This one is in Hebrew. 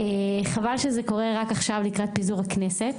חבל שזה קורה רק עכשיו לקראת פיזור הכנסת,